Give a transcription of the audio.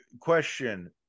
question